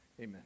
Amen